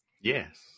Yes